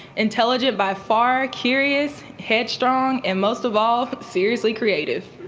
intelligent by far, curious, head strong, and most of all seriously creative.